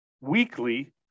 weekly